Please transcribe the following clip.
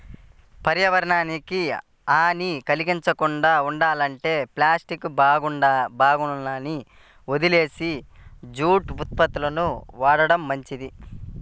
పర్యావరణానికి హాని కల్గించకుండా ఉండాలంటే ప్లాస్టిక్ బ్యాగులని వదిలేసి జూటు ఉత్పత్తులను వాడటం మంచిది